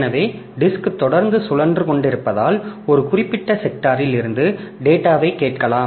எனவே டிஸ்க் தொடர்ந்து சுழன்று கொண்டிருப்பதால் ஒரு குறிப்பிட்ட செக்டாரில் இருந்து டேட்டாவை கேட்கலாம்